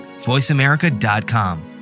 VoiceAmerica.com